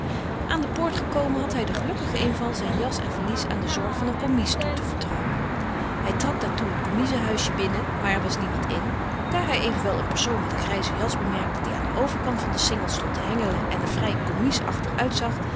aan de poort gekomen had hij den gelukkigen inval zijn jas en valies aan de zorg van een commies toe te vertrouwen hij trad daartoe het commiezenhuisje binnen maar er was niemand in daar hij evenwel een persoon met een grijze jas bemerkte die aan den overkant van den singel stond te hengelen en er vrij commiesachtig uitzag